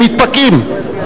הם מתפקעים.